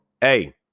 Hey